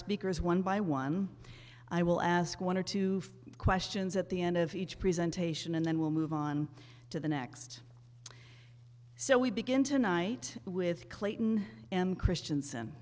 speakers one by one i will ask one or two for questions at the end of each presentation and then we'll move on to the next so we begin tonight with clayton and kristiansen